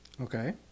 Okay